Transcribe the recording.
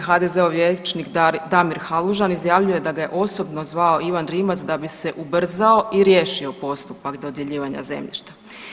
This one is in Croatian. HDZ-ov vijećnik Damir Halužan izjavljuje da ga je osobno zvao Ivan Rimac da bi se ubrzao i riješio postupak dodjeljivanja zemljišta.